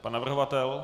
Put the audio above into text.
Pan navrhovatel?